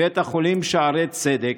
מבית החולים שערי צדק,